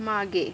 मागे